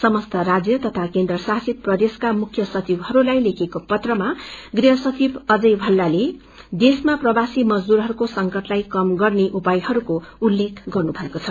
समस्त राज्य तथा केन्द्रशासित प्रदेशहरूको मुख्य सचिवहरूलाई लेखेको पत्रमा गृहसचिव अजय भल्लले देशमा प्रवासी मजदूरहरूको संकटलाई कम गर्ने उपायहरूको उल्लेख गर्नुभएको छ